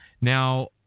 Now